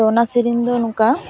ᱛᱚ ᱩᱱᱟ ᱥᱮᱨᱮᱧ ᱫᱚ ᱱᱩᱝᱠᱟ